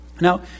Now